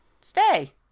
stay